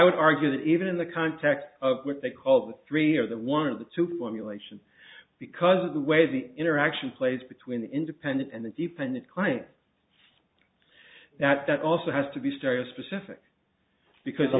would argue that even in the context of what they call the three or the one of the two formulation because of the way the interaction played between independent and the dependent client that that also has to be stereo specific because